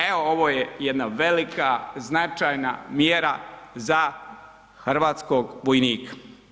E ovo je jedna velika, značajna mjera za hrvatskog vojnika.